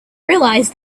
realized